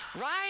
right